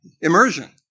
immersion